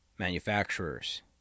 Manufacturers